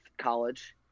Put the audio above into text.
college